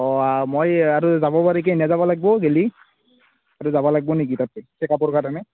অঁ মই আৰু যাব পাৰি কেহিনা যাব লাগিব গ'লে আৰু যাব লাগিব নেকি তাতে চেক আপৰ কাৰণে